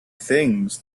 things